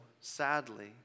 sadly